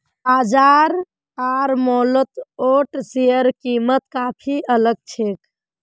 बाजार आर मॉलत ओट्सेर कीमत काफी अलग छेक